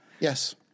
Yes